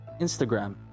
Instagram